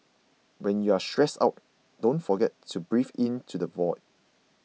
when you are feeling stressed out don't forget to breathe into the void